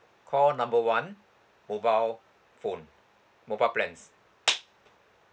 call number one mobile phone mobile plans